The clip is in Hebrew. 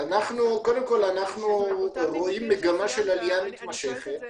אנחנו רואים מגמה של עליה מתמשכת.